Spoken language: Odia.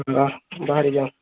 ବାହାରିଯିମା